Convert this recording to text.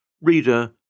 Reader